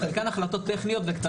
חלקן החלטות טכניות וקצרות.